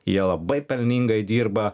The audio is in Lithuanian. jie labai pelningai dirba